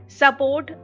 support